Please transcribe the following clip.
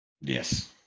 Yes